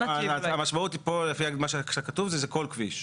המשמעות פה לפי מה שכתוב שזה כל כביש.